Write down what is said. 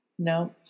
No